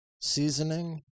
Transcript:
seasoning